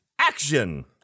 action